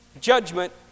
Judgment